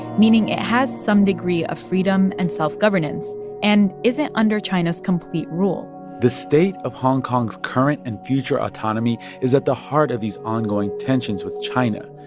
meaning it has some degree of freedom and self-governance and isn't under china's complete rule the state of hong kong's current and future autonomy is at the heart of these ongoing tensions with china,